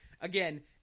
again